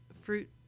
fruit